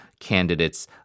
candidates